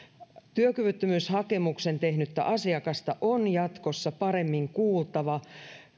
työkyvyttömyyshakemuksen tehnyttä asiakasta on jatkossa paremmin kuultava